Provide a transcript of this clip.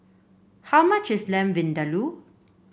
how much is Lamb Vindaloo